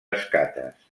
escates